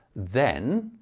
then,